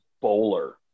bowler